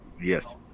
Yes